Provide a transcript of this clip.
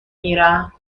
میرم